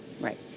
Right